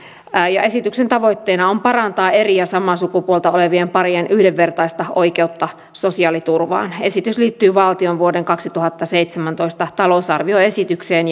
ja esityksen tavoitteena on parantaa eri ja samaa sukupuolta olevien parien yhdenvertaista oikeutta sosiaaliturvaan esitys liittyy valtion vuoden kaksituhattaseitsemäntoista talousarvioesitykseen